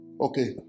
Okay